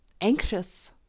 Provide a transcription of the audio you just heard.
anxious